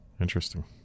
Interesting